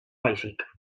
baizik